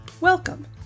Welcome